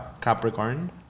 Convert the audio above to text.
Capricorn